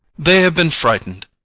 they have been frightened.